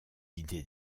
idées